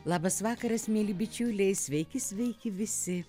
labas vakaras mieli bičiuliai sveiki sveiki visi